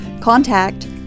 contact